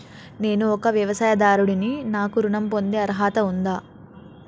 నేను ఒక వ్యవసాయదారుడిని నాకు ఋణం పొందే అర్హత ఉందా?